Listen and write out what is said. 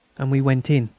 and we went in.